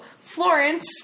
Florence